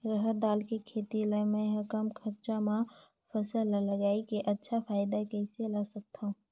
रहर दाल के खेती ला मै ह कम खरचा मा फसल ला लगई के अच्छा फायदा कइसे ला सकथव?